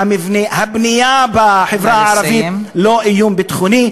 הבנייה בחברה הערבית היא לא איום ביטחוני,